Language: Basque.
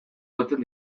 jotzen